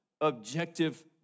objective